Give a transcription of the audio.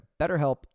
BetterHelp